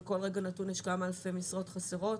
בכל רגע נתון יש כמה אלפי משרות חסרות,